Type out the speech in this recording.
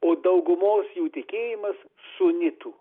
o daugumos jų tikėjimas sunitų